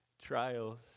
trials